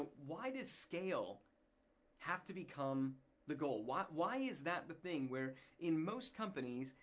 why does scale have to become the goal? why why is that the thing where in most companies,